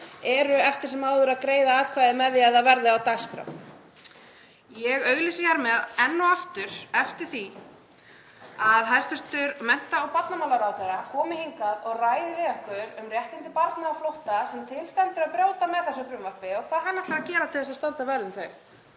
eru eftir sem áður að greiða atkvæði með því að það verði á dagskrá. Ég auglýsi hér með enn og aftur eftir því að hæstv. mennta- og barnamálaráðherra komi hingað og ræði við okkur um réttindi barna á flótta sem til stendur að brjóta með þessu frumvarpi og hvað hann ætlar að gera til þess að standa vörð um þau.